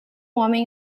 homem